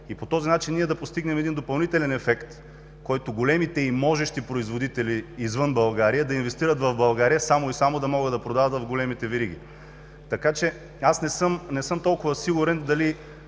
и по този начин ние да постигнем допълнителен ефект – големите и можещи производители извън България, да инвестират в България само и само да могат да продават в големите вериги. Аз не съм толкова сигурен дали